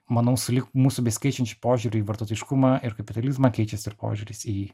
manau sulig mūsų besikeičiančiu požiūriu į vartotojiškumą ir kapitalizmą keičiasi ir požiūris į